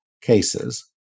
cases